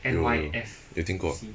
有有听过